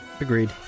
Agreed